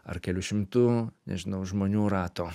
ar kelių šimtų nežinau žmonių rato